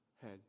head